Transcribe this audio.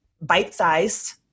bite-sized